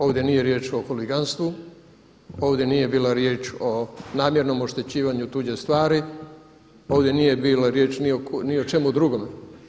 Ovdje nije riječ o huliganstvu, ovdje nije bila riječ o namjernom oštećivanju tuđe stvari, ovdje nije bila riječ ni o čemu drugome.